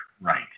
right